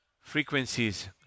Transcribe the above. Frequencies